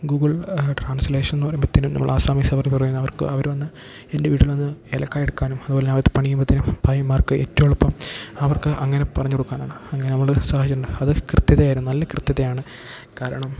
Google ട്രാന്സ്ലേഷനെന്നു പറയുമ്പോഴത്തേനും നമ്മള് ആസ്സാമീസ് അവര് പറയുന്ന അവർക്ക് അവര് വന്ന് എൻ്റെ വീട്ടിൽ വന്ന് ഏലക്ക എടുക്കാനും അതുപോലെതന്നെ അവര് പണീയുമ്പോഴത്തേനും ഭായിമാർക്ക് ഏറ്റവും എളുപ്പം അവർക്ക് അങ്ങനെ പറഞ്ഞുകൊടുക്കാനാണ് അങ്ങനെ നമ്മള് അതു കൃത്യതയായിരുന്നു നല്ല കൃത്യതയാണ് കാരണം